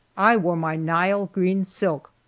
i wore my nile-green silk,